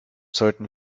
sollten